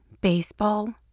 baseball